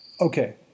Okay